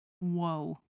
Whoa